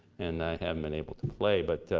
and i haven't been able to play. but,